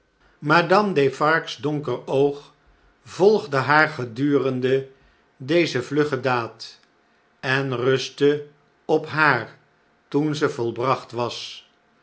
madame defarge's donker oog volgde haar gedurende deze vlugge daad en rustte op haar toen ze volbracht was